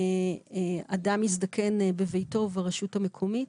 אדם מזדקן בביתו, ברשות המקומית.